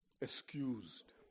excused